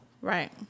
Right